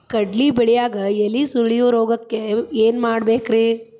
ಕಡ್ಲಿ ಬೆಳಿಯಾಗ ಎಲಿ ಸುರುಳಿರೋಗಕ್ಕ ಏನ್ ಮಾಡಬೇಕ್ರಿ?